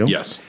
Yes